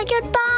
goodbye